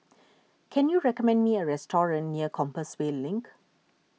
can you recommend me a restaurant near Compassvale Link